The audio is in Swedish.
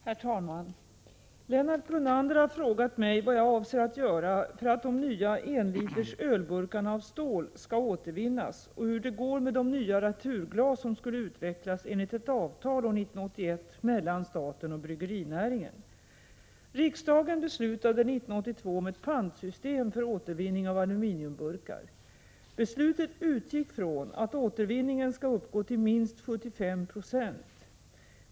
Herr talman! Lennart Brunander har frågat mig vad jag avser att göra för att de nya enlitersölburkarna av stål skall återvinnnas och hur det går med det nya returglas som skulle utvecklas enligt ett avtal år 1981 mellan staten och bryggerinäringen. Riksdagen beslutade 1982 om ett pantsystem för återvinning av aluminiumburkar. Beslutet utgick ifrån att återvinningen skall uppgå till minst 75 90.